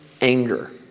anger